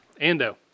Ando